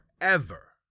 forever